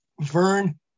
Vern